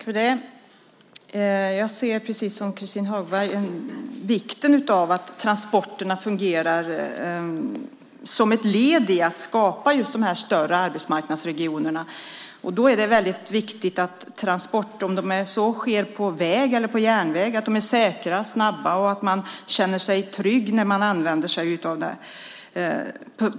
Herr talman! Precis som Christin Hagberg inser också jag vikten av att transporterna fungerar - detta just som ett led i att skapa större arbetsmarknadsregioner. Då är det väldigt viktigt att transporterna, oavsett om de sker på väg eller järnväg, är både säkra och snabba och att man kan känna sig trygg när man använder sig av dem.